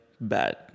bad